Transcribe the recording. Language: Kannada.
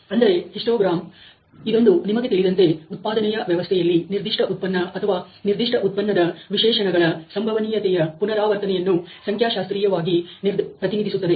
ಅಂದರೆ ಹಿಸ್ಟೋಗ್ರಾಮ್ ಇದೊಂದು ನಿಮಗೆ ತಿಳಿದಂತೆ ಉತ್ಪಾದನೆಯ ವ್ಯವಸ್ಥೆಯಲ್ಲಿ ನಿರ್ದಿಷ್ಟ ಉತ್ಪನ್ನ ಅಥವಾ ನಿರ್ದಿಷ್ಟ ಉತ್ಪನ್ನದ ವಿಶೇಷಣಗಳ ಸಂಭವನೀಯತೆಯ ಪುನರಾವರ್ತನೆಯನ್ನು ಸಂಖ್ಯಾಶಾಸ್ತ್ರೀಯವಾಗಿ ಪ್ರತಿನಿಧಿಸುತ್ತದೆ